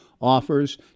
offers